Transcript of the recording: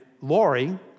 Lori